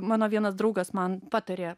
mano vienas draugas man patarė